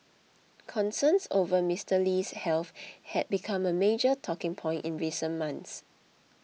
concerns over Mister Lee's health had become a major talking point in recent months